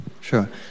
Sure